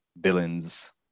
villains